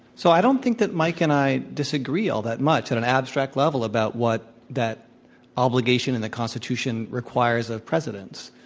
so i don't think that mike and i disagree all that much at an abstract level about what that obligation in the constit ution requires of presidents.